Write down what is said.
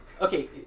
Okay